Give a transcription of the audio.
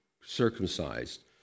circumcised